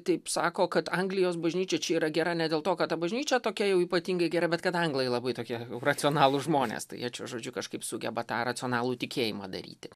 taip sako kad anglijos bažnyčia čia yra gera ne dėl to kad ta bažnyčia tokia jau ypatingai gera bet kad anglai labai tokie racionalūs žmonės tai jie čia žodžiu kažkaip sugeba tą racionalų tikėjimą daryti